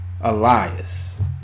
Elias